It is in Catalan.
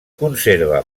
conserva